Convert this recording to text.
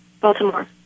Baltimore